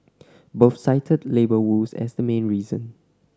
both cited labour woes as the main reason